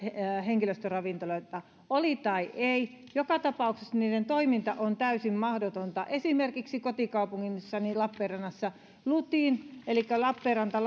henkilöstöravintoloita olivat tai eivät joka tapauksessa niiden toiminta on täysin mahdotonta esimerkiksi kotikaupungissani lappeenrannassa lutin eli lappeenrannan